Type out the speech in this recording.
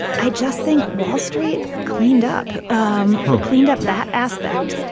i just think wall street cleaned up um cleaned up that aspect,